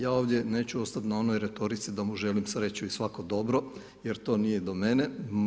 Ja ovdje neću ostati na onoj retorici da mu želim sreću i svako dobro jer to nije do mene.